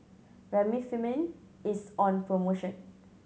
Remifemin is on promotion